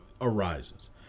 arises